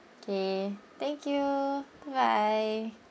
K thank you bye bye